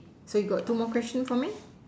still got two more question for me